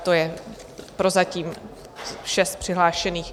To je prozatím vše z přihlášených.